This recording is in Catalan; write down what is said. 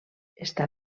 està